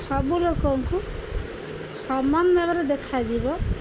ସବୁ ଲୋକଙ୍କୁ ସମାନ ଭାବରେ ଦେଖାଯିବ